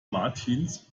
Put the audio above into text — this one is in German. martins